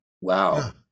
Wow